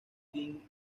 team